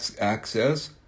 access